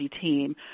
team